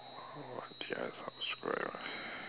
what did I subscribed ah